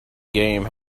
game